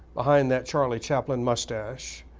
behind that charlie chaplin moustache,